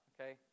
okay